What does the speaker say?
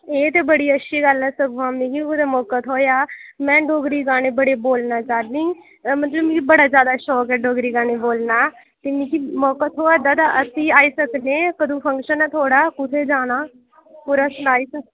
एह् ते बड़ी अच्छी गल्ल ऐ सगुआं मिगी बी कुतै मौका थ्होएआ में डोगरी गाने बड़े बोलना चाह्न्नीं मतलब मिगी बड़ा जैदा शौक ऐ डोगरी गाने बोलने दा ते मिगी मौका थ्होआ दा ते अस आई सकने कदूं फंक्शन ऐ थुआढ़ा कुत्थै जाना पूरा सनाई